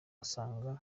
asanga